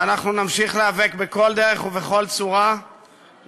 ואנחנו נמשיך להיאבק בכל דרך ובכל צורה על כך